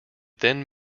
then